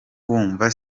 wumva